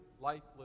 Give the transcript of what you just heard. lifeless